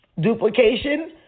duplication